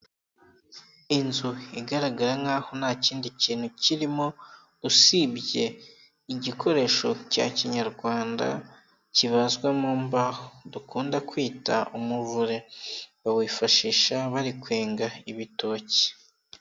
Inzu igaragara nkaho nta kindi kintu kirimo usibye igikoresho cya kinyarwanda kibazwa mu mbaho, dukunda kwita umuvure, bawifashisha bari kwenga ibitoki.